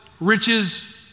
riches